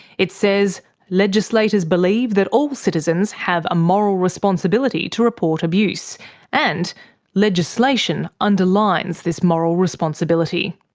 it says legislators believe that all citizens have a moral responsibility to report abuse and legislation underlines this moral responsibility.